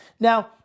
Now